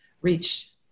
reach